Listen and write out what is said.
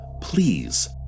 please